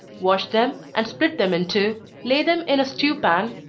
wash them, and split them in two lay them in a stew pan,